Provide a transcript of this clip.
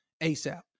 ASAP